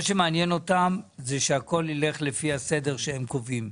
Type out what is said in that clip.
מה שמעניין אותם זה שהכול ילך לפי הסדר שהם קובעים.